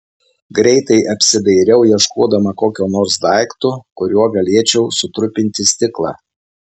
greitai apsidairiau ieškodama kokio nors daikto kuriuo galėčiau sutrupinti stiklą